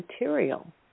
material